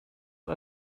who